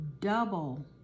double